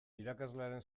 irakaslearen